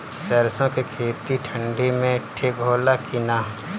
सरसो के खेती ठंडी में ठिक होला कि ना?